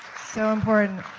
so important.